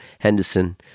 Henderson